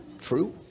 True